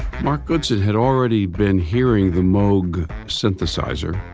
mark goodson had already been hearing the moog synthesizer,